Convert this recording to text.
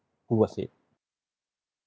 who was it